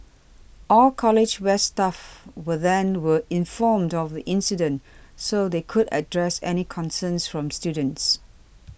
all College West staff were then were informed of the incident so they could address any concerns from students